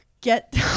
get